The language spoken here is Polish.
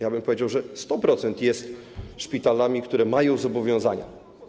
Ja bym powiedział, że 100% jest szpitalami, które mają zobowiązania.